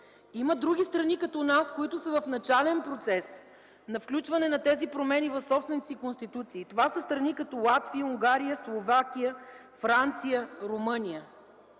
Има други страни като нас, които са в начален процес на включване на тези промени в собствената си Конституция. Това са страни като Латвия, Унгария, Словакия, Франция, Румъния.